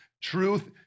truth